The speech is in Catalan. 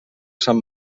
sant